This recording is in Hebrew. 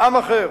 עם אחר